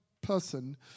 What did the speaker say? person